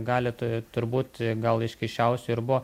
gali t turbūt gal iš keisčiausių ir buvo